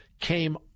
came